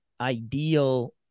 ideal